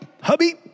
hubby